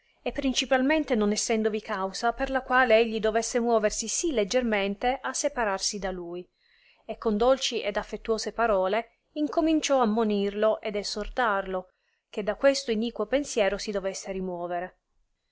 e principalmente non essendovi causa per la quale egli dovesse moversi sì leggermente a separarsi da lui e con dolci ed affettuose parole incominciò ammonirlo ed essortarlo che da questo iniquo pensiero si dovesse rimovere